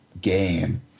game